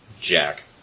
Jack